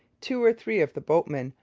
two or three of the boatmen,